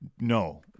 no